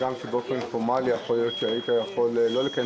הגם שמבחינה פורמלית יכולת שלא לקיים